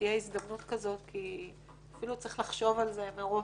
שתהיה הזדמנות כזאת כי אפילו לא צריך לחשוב על זה מראש.